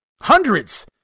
hundreds